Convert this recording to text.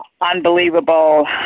unbelievable